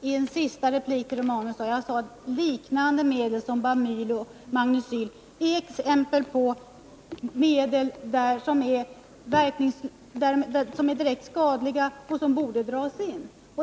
Herr talman! Jag vill bara ge en sista replik till Gabriel Romanus. Jag sade att Bamyl, Magnecyl och liknande medel är exempel på preparat som är direkt skadliga och som borde dras in.